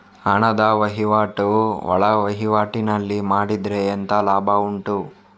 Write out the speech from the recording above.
ಹಣದ ವಹಿವಾಟು ಒಳವಹಿವಾಟಿನಲ್ಲಿ ಮಾಡಿದ್ರೆ ಎಂತ ಲಾಭ ಉಂಟು?